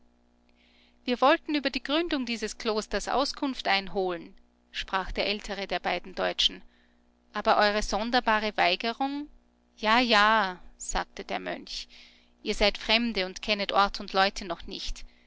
wir wollten über die gründung dieses klosters auskunft einholen sprach der ältere der beiden deutschen aber eure sonderbare weigerung ja ja sagte der mönch ihr seid fremde und kennet ort und leute noch nicht